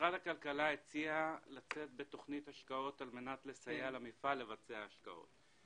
משרד הכלכלה הציע לצאת בתכנית השקעות על מנת לסייע למפעל לבצע השקעות.